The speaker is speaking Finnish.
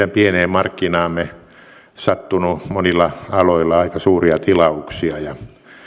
että meidän pieneen markkinaamme on sattunut monilla aloilla aika suuria tilauksia ja